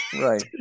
Right